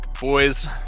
boys